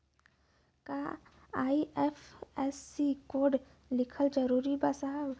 का IFSC code लिखल जरूरी बा साहब?